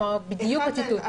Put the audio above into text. בדיוק הציטוט.